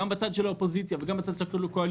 גם בצד של האופוזיציה וגם בצד של הקואליציה,